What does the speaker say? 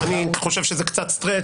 בסדר.